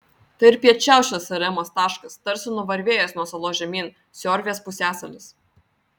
tai ir piečiausias saremos taškas tarsi nuvarvėjęs nuo salos žemyn siorvės pusiasalis